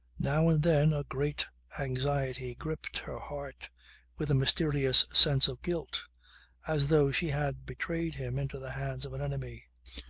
now and then a great anxiety gripped her heart with a mysterious sense of guilt as though she had betrayed him into the hands of an enemy.